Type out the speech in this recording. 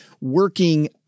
working